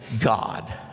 God